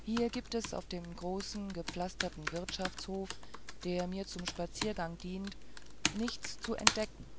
hier gibt es auf dem großen gepflasterten wirtschaftshof der mir zum spaziergang dient nichts zu entdecken und